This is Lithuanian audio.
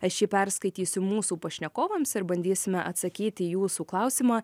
aš jį perskaitysiu mūsų pašnekovams ir bandysime atsakyti į jūsų klausimą